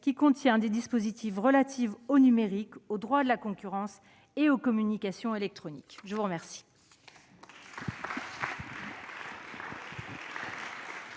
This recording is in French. qui contient des dispositions relatives au numérique, au droit de la concurrence et aux communications électroniques. La parole